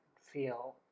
feel